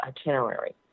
itinerary